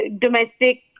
domestic